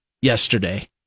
yesterday